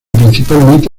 principalmente